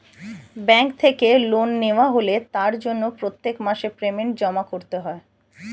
bank থেকে loan নেওয়া হলে তার জন্য প্রত্যেক মাসে পেমেন্ট জমা করতে হয়